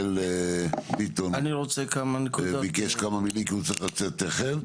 מיכאל ביטון ביקש כמה מילים כי הוא צריך לצאת תיכף.